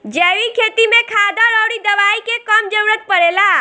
जैविक खेती में खादर अउरी दवाई के कम जरूरत पड़ेला